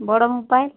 ବଡ଼ ମୋବାଇଲ୍